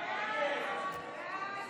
הסתייגות 20 לא